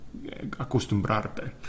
acostumbrarte